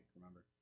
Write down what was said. remember